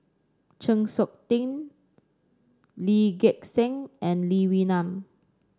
Chng Seok Tin Lee Gek Seng and Lee Wee Nam